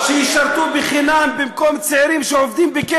כל היום אתם עוברים על החוק ולא מענישים אתכם.